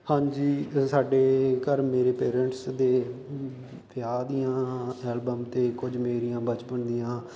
ਹਾਂਜੀ ਅਤੇ ਸਾਡੇ ਘਰ ਮੇਰੇ ਪੇਰੈਂਟਸ ਦੇ ਵਿਆਹ ਦੀਆਂ ਐਲਬਮ ਅਤੇ ਕੁਝ ਮੇਰੀਆਂ ਬਚਪਨ ਦੀਆਂ